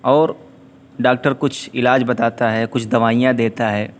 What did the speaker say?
اور ڈاکٹر کچھ علاج بتاتا ہے کچھ دوائیاں دیتا ہے